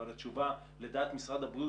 אבל התשובה לדעת משרד הבריאות,